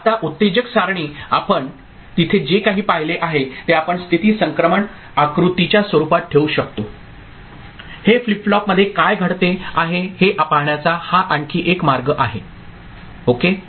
आता उत्तेजक सारणी आपण तिथे जे काही पाहिले आहे ते आपण स्थिती संक्रमण आकृतीच्या स्वरूपात ठेवू शकतो हे फ्लिप फ्लॉप मध्ये काय घडते आहे हे पाहण्याचा हा आणखी एक मार्ग आहे ओके